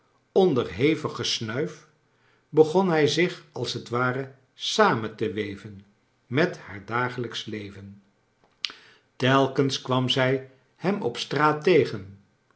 onder hevig gesnuif begon hij zich als t ware samen te weven met haar dagelijksch leven telkens kwam zij hem op straat tegen